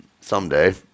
someday